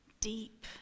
deep